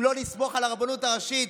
אם לא נסמוך על הרבנות הראשית?